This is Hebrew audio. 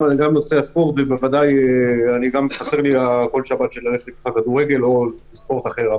גם נושא הספורט ובוודאי חסר לי כל שבת ללכת למשחק כדורגל או לספורט אחר.